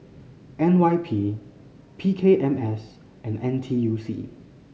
N Y P P K M S and N T U C